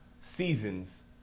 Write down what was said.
seasons